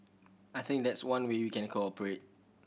I think that's one way we can cooperate